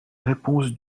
réponse